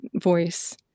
voice